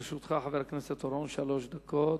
לרשותך שלוש דקות.